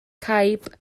caib